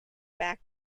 back